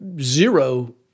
zero